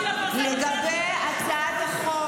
יסמין, אנחנו רוצים להקשיב.